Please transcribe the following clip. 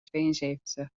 tweeënzeventig